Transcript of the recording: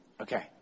Okay